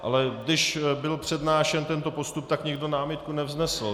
Ale když byl přednášen tento postup, tak nikdo námitku nevznesl.